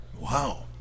Wow